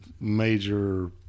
major